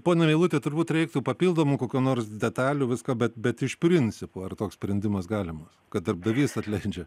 pone meiluti turbūt reiktų papildomų kokių nors detalių visko bet bet iš principo ar toks sprendimas galimas kad darbdavys atleidžia